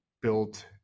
built